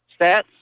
stats